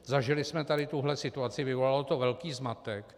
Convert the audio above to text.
Zažili jsem tady tuhle situaci, vyvolalo to velký zmatek.